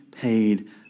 paid